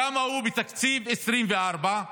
כמה הוא בתקציב 2024?